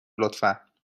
لطفا